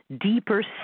deeper